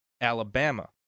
Alabama